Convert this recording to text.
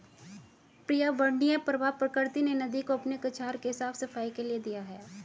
पर्यावरणीय प्रवाह प्रकृति ने नदी को अपने कछार के साफ़ सफाई के लिए दिया है